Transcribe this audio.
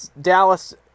Dallas